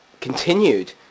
continued